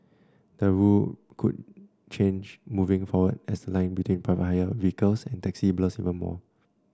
the rule could change moving forward as the line between private hire vehicles and taxis blurs even more